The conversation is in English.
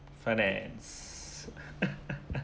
finance